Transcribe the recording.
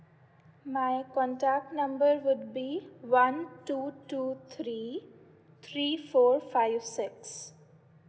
my contact number would be one two two three three four five six